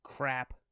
crap